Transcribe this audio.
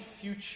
future